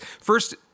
First